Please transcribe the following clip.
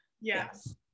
Yes